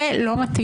מיארה לא מתאימה